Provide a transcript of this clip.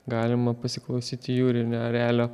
galima pasiklausyti jūrinio erelio